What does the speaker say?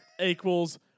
equals